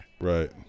Right